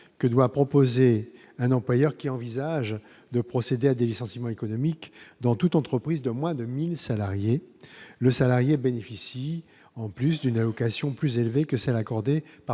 que doit proposer un employeur qui envisage de procéder à des licenciements économiques dans toute entreprise de moins de 1000 salariés le salarié bénéficie en plus d'une allocation plus élevée que celles accordées par